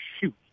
shoot